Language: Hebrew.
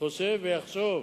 חושב ויחשוב